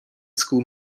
school